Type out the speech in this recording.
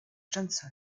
johnson